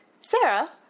Sarah